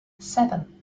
seven